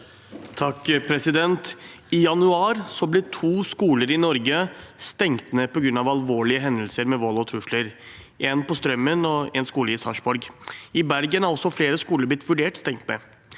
I januar ble to skoler i Norge stengt ned på grunn av alvorlige hendelser med vold og trusler, én på Strømmen og én i Sarpsborg. I Bergen har også flere skoler blitt vurdert stengt ned.